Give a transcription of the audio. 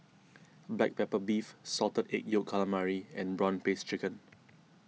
Black Pepper Beef Salted Egg Yolk Calamari and Prawn Paste Chicken